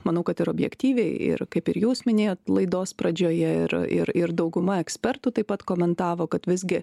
manau kad ir objektyviai ir kaip ir jūs minėjot laidos pradžioje ir ir ir dauguma ekspertų taip pat komentavo kad visgi